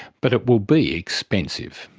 but it will be expensive.